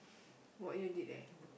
what you did there